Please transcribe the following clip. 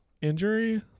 Injury